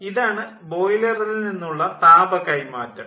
ഇതാണ് ബോയിലറിൽ നിന്നുള്ള താപ കൈമാറ്റം